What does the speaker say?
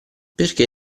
perché